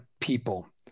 people